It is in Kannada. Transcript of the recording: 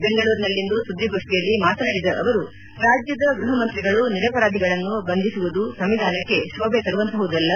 ಬೆಂಗಳೂರಿನಲ್ಲಿಂದು ಸುದ್ವಿಗೋಷ್ಠಿಯಲ್ಲಿ ಮಾತನಾಡಿದ ಅವರು ರಾಜ್ಯದ ಗೈಹ ಮಂತ್ರಿಗಳು ನಿರಪರಾಧಿಗಳನ್ನು ಬಂದಿಸುವುದು ಸಂವಿಧಾನಕ್ಕೆ ಶೋಭೆ ತರುವಂತಹದಲ್ಲ